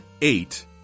eight